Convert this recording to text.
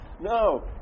No